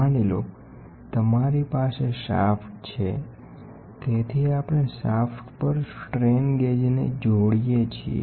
ધારો કે તમારી પાસે શાફ્ટ છે તેથી આપણે શાફ્ટ પર સ્ટ્રેન ગેજને જોડીએ છીએ